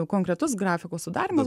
konkretus grafiko sudarymas